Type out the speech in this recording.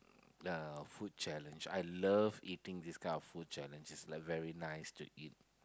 uh food challenge I love eating this kind of food challenge it's like very nice to eat